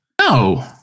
No